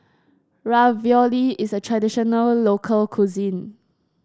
ravioli is a traditional local cuisine